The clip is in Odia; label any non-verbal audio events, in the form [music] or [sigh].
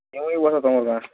[unintelligible] ତୁମ ଗାଁ